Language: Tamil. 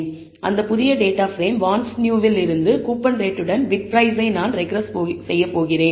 எனவே அந்த புதிய டேட்டா பிரேம் பாண்ட்ஸ்நியூ வில் இருந்து கூப்பன் ரேட்டுடன் பிட் பிரைஸை நான் ரெக்ரெஸ் செய்யப் போகிறேன்